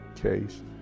case